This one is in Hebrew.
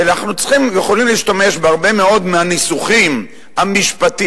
ואנחנו יכולים להשתמש בהרבה מאוד מהניסוחים המשפטיים,